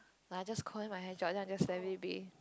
like I just combing my hair dry then I just let it be